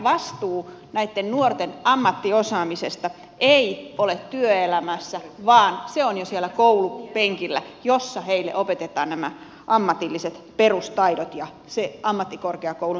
vastuu näitten nuorten ammattiosaamisesta ei ole työelämässä vaan se on jo siellä koulunpenkillä jossa heille opetetaan nämä ammatilliset perustaidot ja se ammattikorkeakoulun lisäarvo